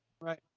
Right